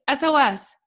SOS